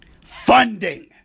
Funding